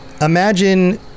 imagine